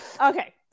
Okay